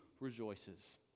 rejoices